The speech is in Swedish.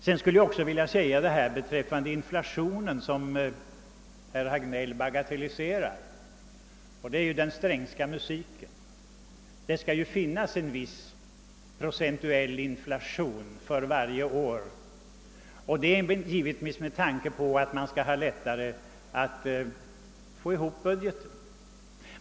Herr Hagnell bagatelliserar vidare inflationen. Det är ju den Strängska musiken: att det varje år skall förekomma en inflation med vissa procent. Tanken bakom detta är givetvis att det skall bli lättare att få budgeten att gå ihop.